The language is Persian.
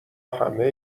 همه